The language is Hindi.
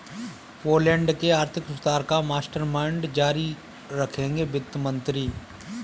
पोलैंड के आर्थिक सुधार का मास्टरमाइंड जारी रखेंगे वित्त मंत्री